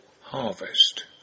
harvest